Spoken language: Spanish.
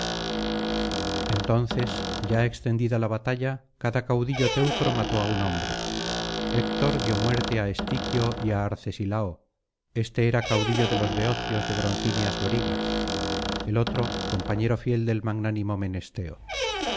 entonces ya extendida la batalla cada caudillo teucro mató á un hombre héctor dio muerte á estiquio y á arcesilao éste era caudillo de los beocios de broncíneas lorigas el otro compañero fiel del magnánimo